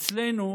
אצלנו